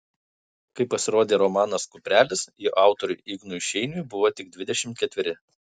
kai pasirodė romanas kuprelis jo autoriui ignui šeiniui buvo tik dvidešimt ketveri